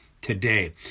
today